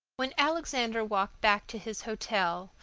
when alexander walked back to his hotel,